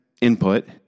input